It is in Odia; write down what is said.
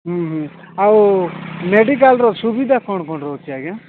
ହୁଁ ହୁଁ ଆଉ ମେଡିକାଲର ସୁବିଧା କ'ଣ କ'ଣ ରହୁଛି ଆଜ୍ଞା